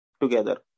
together